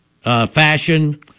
fashion